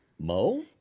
Mo